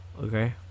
Okay